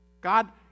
God